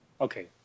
Okay